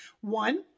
One